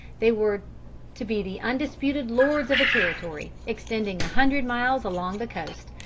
they were to be the undisputed lords of a territory extending a hundred miles along the coast,